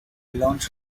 launch